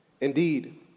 Indeed